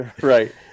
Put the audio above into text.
Right